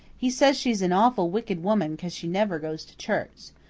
he says she's an awful wicked woman cause she never goes to church.